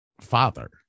father